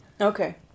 Okay